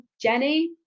Jenny